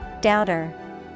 Doubter